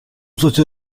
socio